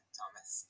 Thomas